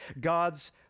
God's